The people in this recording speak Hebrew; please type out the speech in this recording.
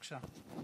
בבקשה.